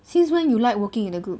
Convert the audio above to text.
since when you like working in a group